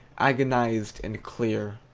agonized and clear!